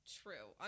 true